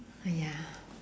oh ya